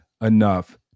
enough